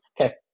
Okay